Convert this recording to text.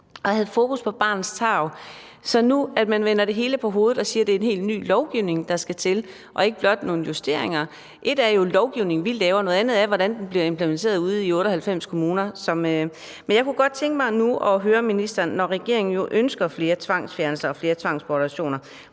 og havde fokus på barnets tarv? Nu vender man så det hele på hovedet og siger, at det er en helt ny lovgivning, der skal til, og ikke blot nogle justeringer. Ét er jo lovgivningen, vi laver, noget andet er, hvordan den bliver implementeret ude i 98 kommuner. Men nu kunne jeg godt tænke mig at høre ministeren, når regeringen ønsker flere tvangsfjernelser og flere tvangsbortadoption,